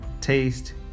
taste